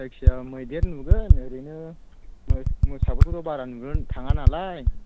जायखिया मैदेर नुगोन ओरैनो मोसाफोरखौ बारा नुनो थाङा नालाय